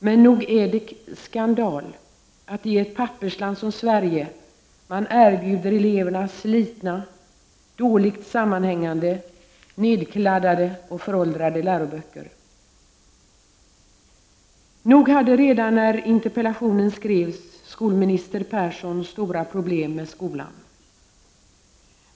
Men nog är det skandal att man i ett pappersland som Sverige erbjuder eleverna slitna, dåligt sammanhängande, nerkladdade och föråldrade läroböcker. Nog hade redan när interpellationen skrevs skolminister Persson stora problem med skolan.